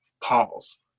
pause